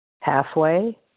halfway